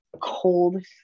cold